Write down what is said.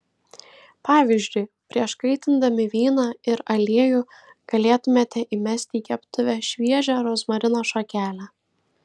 pavyzdžiui prieš kaitindami vyną ir aliejų galėtumėte įmesti į keptuvę šviežią rozmarino šakelę